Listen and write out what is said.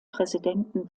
präsidenten